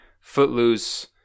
Footloose